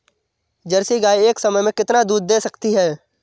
Jersey गाय एक समय में कितना दूध दे सकती है?